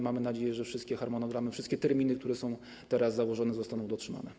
Mamy nadzieję, że wszystkie harmonogramy, wszystkie terminy, które są teraz założone, zostaną dotrzymane.